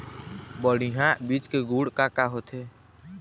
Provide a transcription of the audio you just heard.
बढ़िया बीज के गुण का का होथे?